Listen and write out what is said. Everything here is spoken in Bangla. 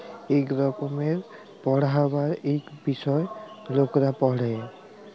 ইক রকমের পড়্হাবার ইক বিষয় লকরা পড়হে